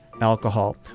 alcohol